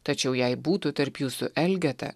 tačiau jei būtų tarp jūsų elgeta